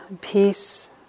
peace